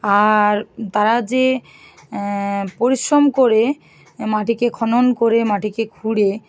আর তারা যে পরিশ্যম করে মাটিকে খনন করে মাটিকে খুঁড়ে